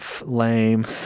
lame